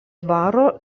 dvaro